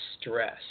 stress